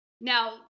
now